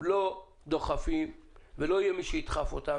לא דוחפים ולא יהיה מי שידחוף אותם,